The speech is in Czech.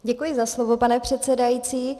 Děkuji za slovo, pane předsedající.